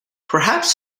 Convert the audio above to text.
perhaps